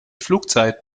flugzeit